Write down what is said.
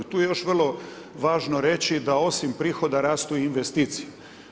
Tu je još vrlo važno reći da osim prihoda rastu i investicije.